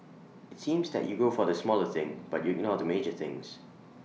IT seems that you go for the smaller thing but you ignore the major things